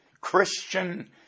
Christian